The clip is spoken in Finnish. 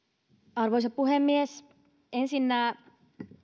arvoisa puhemies ensinnä